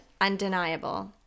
undeniable